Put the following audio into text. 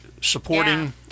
supporting